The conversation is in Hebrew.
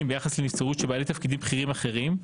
ביחס לנבצרות של בעלי תפקידים בכירים אחרים,